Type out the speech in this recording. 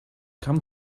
come